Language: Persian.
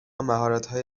مهارتهای